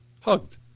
Hugged